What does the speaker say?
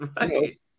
right